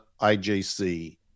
IJC